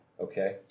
Okay